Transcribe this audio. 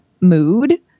mood